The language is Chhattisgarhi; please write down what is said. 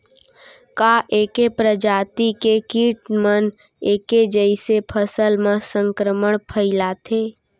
का ऐके प्रजाति के किट मन ऐके जइसे फसल म संक्रमण फइलाथें?